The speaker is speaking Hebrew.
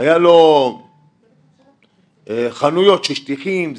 היו לו חנויות של שטיחים,